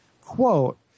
Quote